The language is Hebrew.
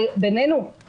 בינינו,